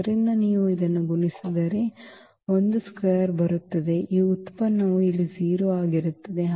ಆದ್ದರಿಂದ ನೀವು ಇದನ್ನು ಗುಣಿಸಿದರೆ ಒಂದು ಸ್ಕ್ವೇರ್ ಬರುತ್ತದೆ ಮತ್ತು ಈ ಉತ್ಪನ್ನವು ಇಲ್ಲಿ 0 ಆಗಿರುತ್ತದೆ